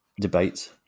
debate